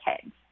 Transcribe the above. kids